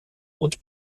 und